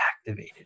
activated